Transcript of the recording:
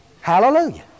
Hallelujah